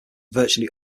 virtually